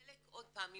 עוד פעם,